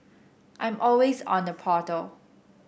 I'm always on the portal